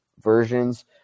versions